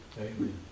Amen